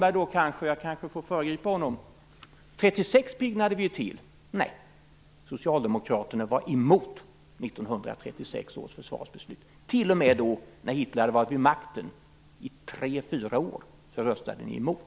Men, säger kanske Sven Lundberg - jag får måhända föregripa honom: År 1936 piggnade vi till. Nej, socialdemokraterna var emot 1936 års försvarsbeslut. T.o.m. då, när Hitler hade varit vid makten i tre-fyra år, röstade ni emot.